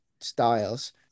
styles